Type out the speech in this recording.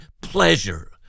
pleasure